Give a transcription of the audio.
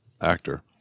actor